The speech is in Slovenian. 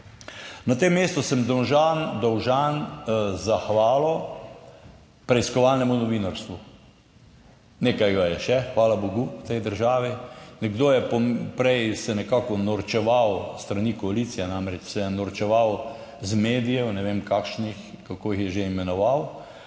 Na tem mestu sem dolžan zahvalo preiskovalnemu novinarstvu. Nekaj ga je še, hvala bogu v tej državi. Nekdo je prej se nekako norčeval s strani koalicije, namreč se je norčeval iz medijev, ne vem kakšnih, kako jih je že imenoval,